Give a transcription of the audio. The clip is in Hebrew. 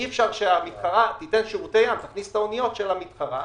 אי אפשר שהמתחרה תכניס את האוניות של המתחרה.